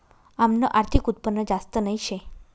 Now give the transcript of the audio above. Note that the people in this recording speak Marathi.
आमनं आर्थिक उत्पन्न जास्त नही शे